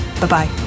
Bye-bye